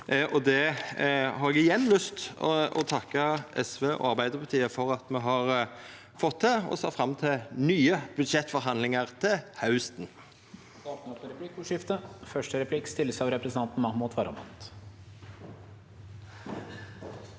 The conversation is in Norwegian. og det har eg igjen lyst til å takka SV og Arbeidarpartiet for at me har fått til, og eg ser fram til nye budsjettforhandlingar til hausten.